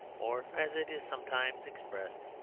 or, as it is sometimes expressed,